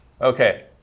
Okay